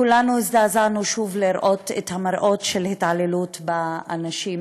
כולנו הזדעזענו לראות שוב את המראות של התעללות באנשים